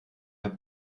habt